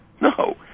No